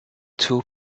two